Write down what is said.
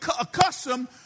accustomed